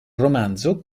romanzo